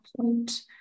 point